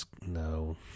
No